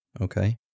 okay